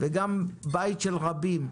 וכך היה גם בית של רבים.